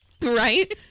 Right